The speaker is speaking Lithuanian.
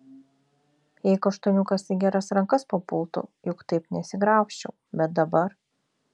jei kaštoniukas į geras rankas papultų juk taip nesigraužčiau bet dabar